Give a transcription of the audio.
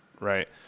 Right